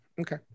Okay